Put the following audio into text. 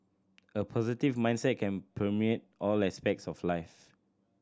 a positive mindset can permeate all aspects of life